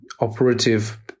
operative